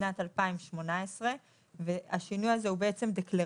בשנת 2018. השינוי הזה הוא בעצם דקלרטיבי